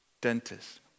dentist